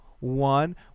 One